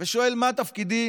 ושואל מה תפקידי